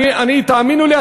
תאמינו לי,